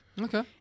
Okay